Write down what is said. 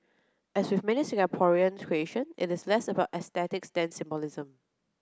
as with many Singaporean creation it is less about aesthetics than symbolism